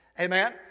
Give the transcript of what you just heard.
amen